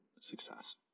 success